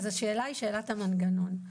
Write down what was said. אז השאלה היא שאלת המנגנון.